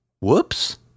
Whoops